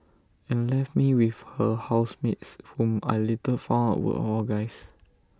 and left me with her housemates whom I later found out were all guys